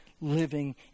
living